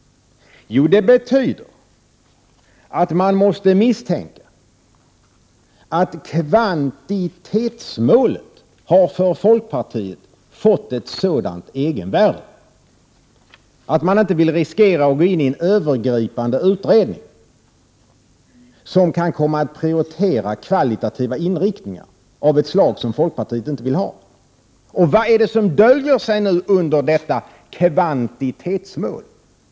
Jo, det betyder att man måste misstänka att kvantitetsmålet för folkpartiet har fått ett sådant egenvärde att man inte vill riskera att 64 gå in i en övergripande utredning som kan komma att prioritera kvalitativa inriktningar av ett slag som folkpartiet inte vill ha. Prot. 1988/89:99 Och vad är det som döljer sig under detta kvantitetsmål?